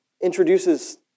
introduces